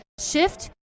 shift